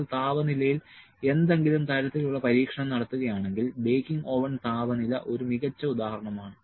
നിങ്ങൾ താപനിലയിൽ എന്തെങ്കിലും തരത്തിലുള്ള പരീക്ഷണം നടത്തുകയാണെങ്കിൽ ബേക്കിംഗ് ഓവൻ താപനില ഒരു മികച്ച ഉദാഹരണമാണ്